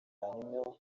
hanyuma